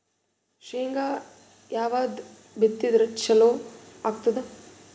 ಶೇಂಗಾ ಯಾವದ್ ಬಿತ್ತಿದರ ಚಲೋ ಆಗತದ?